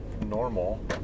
normal